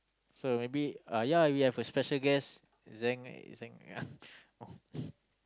so maybe uh ya we have a special guest Zhang Zhang